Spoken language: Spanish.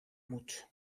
mucho